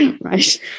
right